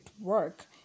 work